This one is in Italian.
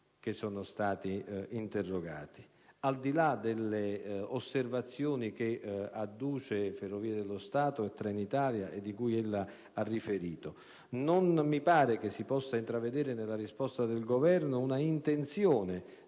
che sono stati interrogati. Al di là delle osservazioni che adducono Ferrovie dello Stato e Trenitalia, di cui ella ha riferito, non mi pare che si possa intravedere nella risposta del Governo una intenzione